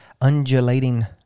undulating